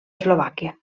eslovàquia